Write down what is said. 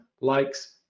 likes